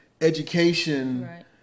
education